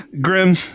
Grim